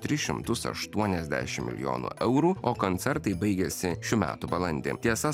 tris šimtus aštuoniasdešim milijonų eurų o koncertai baigiasi šių metų balandį tiesa